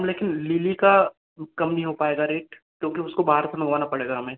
लेकिन लिली का कम नहीं हो पाएगा रेट क्योंकि उसको बाहर से मंगवाना पड़ेगा हमें